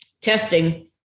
testing